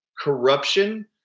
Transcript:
corruption